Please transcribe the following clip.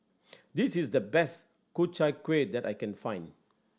this is the best Ku Chai Kueh that I can find